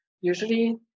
Usually